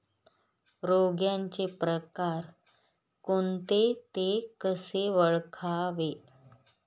रोगाचे प्रकार कोणते? ते कसे ओळखावे?